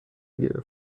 گرفت